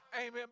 Amen